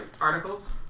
articles